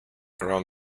around